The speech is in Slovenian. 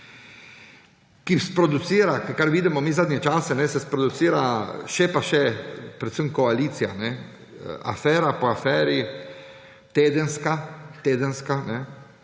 prepričan. Kar vidimo mi zadnje čase, se sproducira še in še, predvsem koalicija, afera po aferi, tedenska, celo zdaj